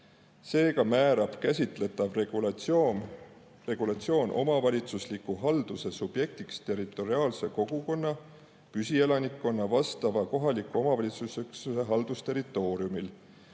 Seega määrab käsitletav regulatsioon omavalitsusliku halduse subjektiks territoriaalse kogukonna (püsielanikkonna) vastava KOVü haldusterritooriumil,